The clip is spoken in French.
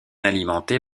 alimentée